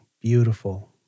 beautiful